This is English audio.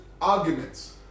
arguments